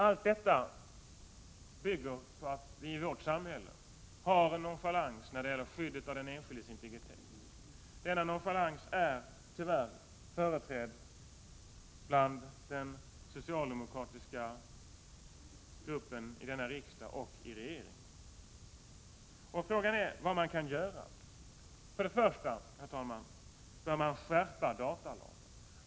Allt detta bygger på att vi i vårt samhälle har en nonchalans a när det gäller skyddet av den enskildes integritet. Denna nonchalans är, tyvärr, företrädd i den socialdemokratiska gruppen i denna riksdag och i regeringen. Frågan är vad man kan göra. För det första, herr talman, bör man skärpa datalagen.